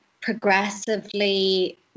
progressively